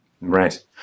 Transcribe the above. right